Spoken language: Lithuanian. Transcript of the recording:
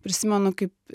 prisimenu kaip